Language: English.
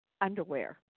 underwear